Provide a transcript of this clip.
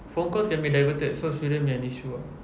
phone calls can be diverted so shouldn't be an issue ah